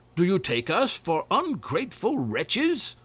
do you take us for ungrateful wretches?